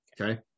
Okay